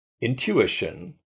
intuition